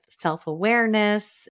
self-awareness